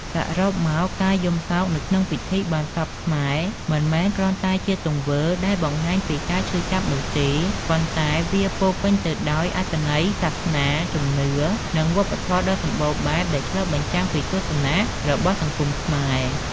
សរុបមក ការយំសោកនៅក្នុងពិធីបុណ្យសពខ្មែរមិនមែនគ្រាន់តែជាទង្វើដែលបង្ហាញពីការឈឺចាប់នោះទេ ប៉ុន្តែវាពោរពេញទៅដោយអត្ថន័យសាសនា ជំនឿ និងវប្បធម៌ដ៏សម្បូរបែបដែលឆ្លុះបញ្ចាំងពីទស្សនៈ របស់សង្គមខ្មែរ។